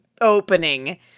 opening